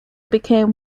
became